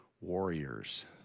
warriors